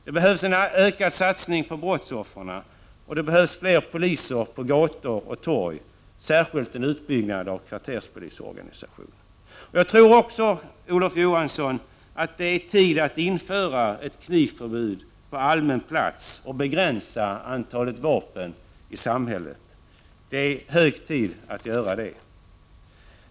Det behövs en ökad satsning på brottsoffren och det behövs fler poliser på gator och torg, särskilt en utbyggnad av kvarterspolisorganisationen. Jag tror också, Olof Johansson, att det är tid att införa ett knivförbud på allmän plats och begränsa antalet vapen i samhället. Det är hög tid att göra det.